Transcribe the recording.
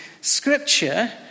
Scripture